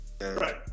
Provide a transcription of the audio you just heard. Right